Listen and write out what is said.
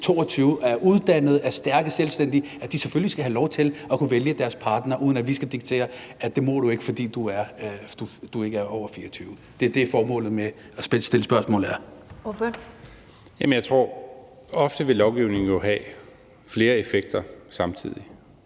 22 år, er uddannede, er stærke selvstændige, selvfølgelig har lov til at kunne vælge deres partner, uden at vi skal diktere, at det må de ikke, fordi de ikke er over 24 år. Det er formålet med at stille spørgsmålet her. Kl. 14:31 Første næstformand